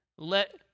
Let